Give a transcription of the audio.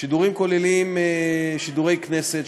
השידורים כוללים את שידורי הכנסת,